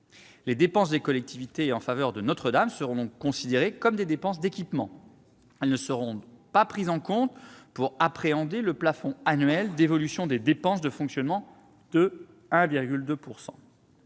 Les dépenses des collectivités en faveur de Notre-Dame seront considérées comme des dépenses d'équipement. Elles ne seront donc pas prises en compte pour appréhender le plafond annuel d'évolution des dépenses de fonctionnement de 1,2 %.